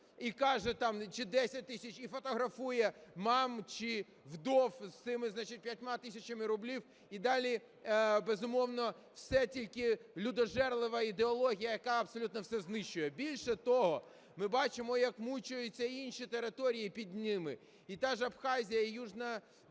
рублів чи 10 тисяч і фотографує мам чи вдів з цими 5 тисячами рублів, і далі, безумовно, все тільки людожерлива ідеологія, яка абсолютно все знищує. Більше того, ми бачимо, як мучаться і інші території під ними. І та ж Абхазія, і Южна,